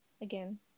again